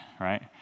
right